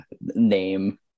name